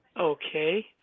Okay